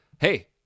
Hey